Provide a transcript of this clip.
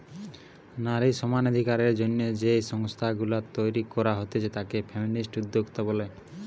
নারী সমানাধিকারের জন্যে যেই সংস্থা গুলা তইরি কোরা হচ্ছে তাকে ফেমিনিস্ট উদ্যোক্তা বলে